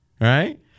right